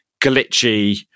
glitchy